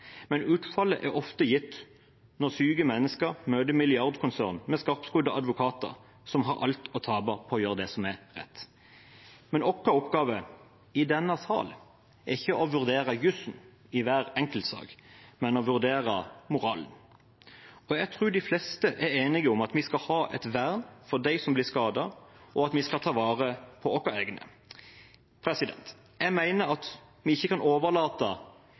Men utfallet er ofte gitt når syke mennesker møter milliardkonsern med skarpskodde advokater som har alt å tape på å gjøre det som er rett. Men vår oppgave i denne sal er ikke å vurdere jusen i hver enkelt sak, men å vurdere moralen. Og jeg tror de fleste er enige om at vi skal ha et vern for de som blir skadet, og at vi skal ta vare på våre egne. Jeg mener at vi ikke kan overlate